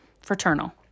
Fraternal